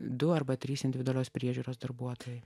du arba trys individualios priežiūros darbuotojai